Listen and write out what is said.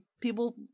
People